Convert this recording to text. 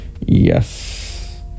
yes